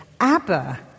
Abba